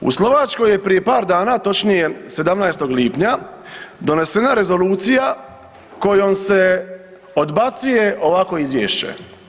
U Slovačkoj je prije par dana, točnije 17. lipnja donesena rezolucija kojom se odbacuje ovakvo Izvješće.